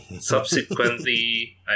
Subsequently